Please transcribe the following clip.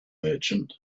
merchant